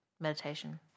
Meditation